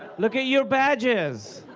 look at your badges.